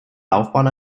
laufbahn